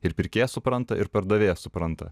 ir pirkėjas supranta ir perdavėjas supranta